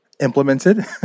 implemented